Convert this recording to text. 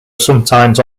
sometimes